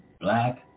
black